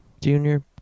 Junior